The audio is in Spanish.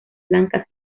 blancas